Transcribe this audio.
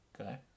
Okay